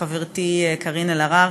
חברתי קארין אלהרר,